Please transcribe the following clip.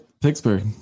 Pittsburgh